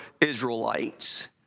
israelites